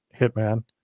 hitman